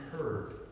heard